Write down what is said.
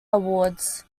awards